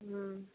हँ